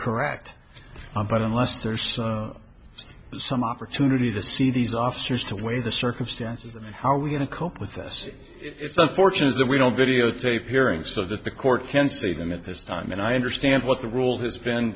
correct but unless there's some opportunity to see these officers to weigh the circumstances of how are we going to cope with this it's unfortunate that we don't videotape hearings so that the court can see them at this time and i understand what the rule has been